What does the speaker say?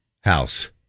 house